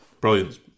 brilliant